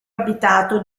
abitato